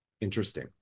Interesting